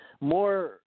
more